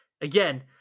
again